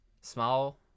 small